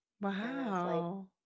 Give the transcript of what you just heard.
wow